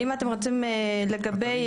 אם אתם רוצים לדעת לגבי